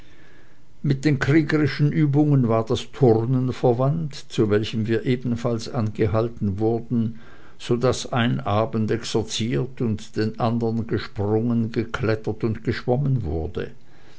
mit den kriegerischen übungen war das turnen verwandt zu welchem wir ebenfalls angehalten wurden so daß einen abend exerziert und den andern gesprungen geklettert und geschwommen wurde